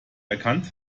erkannt